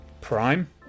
Prime